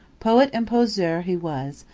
poet and poseur he was,